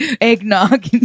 eggnog